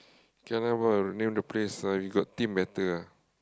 can ah ball name the place uh we got team better ah